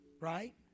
right